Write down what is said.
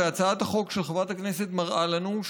והצעת החוק של חברת הכנסת מראה לנו,